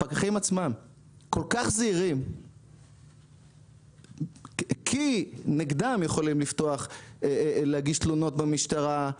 הפקחים עצמם כל כך זהירים כי נגדם יכולים להגיש תלונות במשטרה,